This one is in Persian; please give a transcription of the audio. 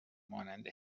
مانند